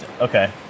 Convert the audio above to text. okay